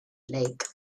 lake